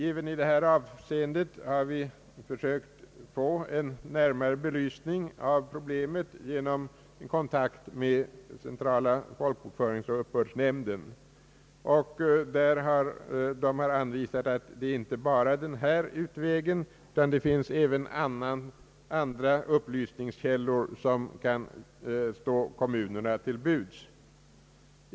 Även i detta avseende har vi försökt att få en närmare belysning av problemet genom kontakt med centrala folkbokföringsoch uppbördsnämnden, som har anvisat inte bara denna utväg utan även andra upplysningskällor som kan stå kommunerna till buds.